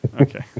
Okay